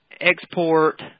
export